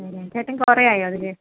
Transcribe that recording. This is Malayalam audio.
അതെയല്ലേ ചേട്ടൻ കുറേ ആയോ അതിൽ